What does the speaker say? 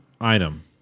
item